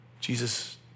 Jesus